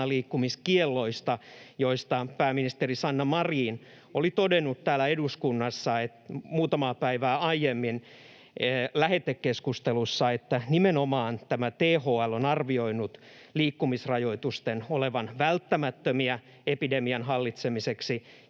ulkonaliikkumiskielloista, joista pääministeri Sanna Marin oli todennut täällä eduskunnassa muutamaa päivää aiemmin lähetekeskustelussa, että nimenomaan THL on arvioinut liikkumisrajoitusten olevan välttämättömiä epidemian hallitsemiseksi